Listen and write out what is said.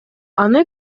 аны